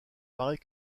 paraît